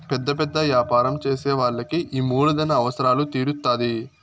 పెద్ద పెద్ద యాపారం చేసే వాళ్ళకి ఈ మూలధన అవసరాలు తీరుత్తాధి